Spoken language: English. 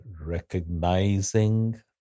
recognizing